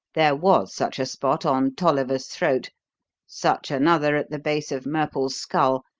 there was such a spot on tolliver's throat such another at the base of murple's skull,